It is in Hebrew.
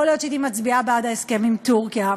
יכול להיות שהייתי מצביעה בעד ההסכם עם טורקיה.